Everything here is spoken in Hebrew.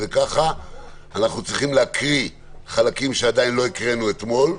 אנחנו צריכים להקריא חלקים שעדיין לא קראנו אתמול,